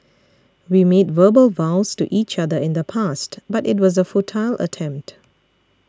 we made verbal vows to each other in the past but it was a futile attempt